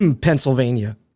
Pennsylvania